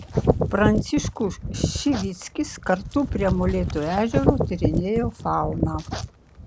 pranciškų šivickis kartu prie molėtų ežero tyrinėjo fauną